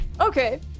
Okay